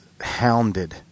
hounded